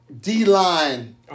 D-line